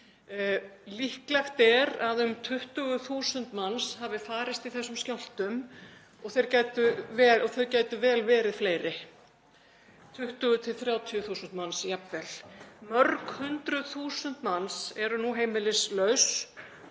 Líklegt er að um 20.000 manns hafi farist í þessum skjálftum og þau gætu vel verið fleiri, jafnvel 20–30.000 manns. Mörg hundruð þúsund manns eru nú heimilislaus